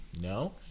No